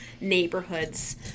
neighborhoods